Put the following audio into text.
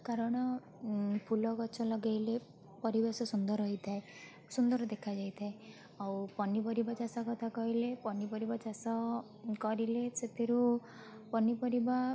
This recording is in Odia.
କାରଣ ଉଁ ଫୁଲ ଗଛ ଲଗେଇଲେ ପରିବେଶ ସୁନ୍ଦର ହୋଇଥାଏ ସୁନ୍ଦର ଦେଖାଯାଇଥାଏ ଆଉ ପନିପରିବା ଚାଷ କଥା କହିଲେ ପନିପରିବା ଚାଷ କରିଲେ ସେଥିରୁ ପନିପରିବା